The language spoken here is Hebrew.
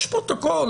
יש פרוטוקול.